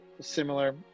similar